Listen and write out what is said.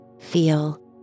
feel